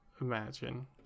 imagine